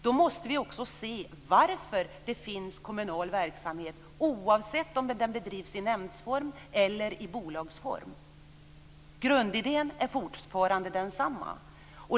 Då måste vi också se varför det finns kommunal verksamhet oavsett om den bedrivs i nämndsform eller i bolagsform. Grundidén är fortfarande densamma.